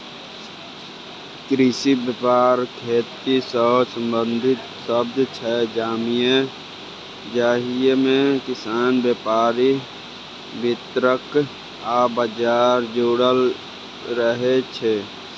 कृषि बेपार खेतीसँ संबंधित शब्द छै जाहिमे किसान, बेपारी, बितरक आ बजार जुरल रहय छै